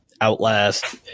Outlast